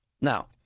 Now